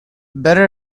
better